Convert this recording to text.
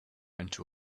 into